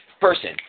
person